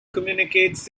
communicates